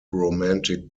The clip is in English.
romantic